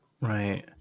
Right